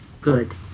good